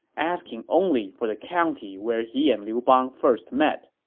asking only for the county where he and liu bang first met.